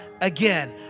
again